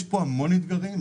יש פה המון אתגרים.